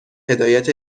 هدایت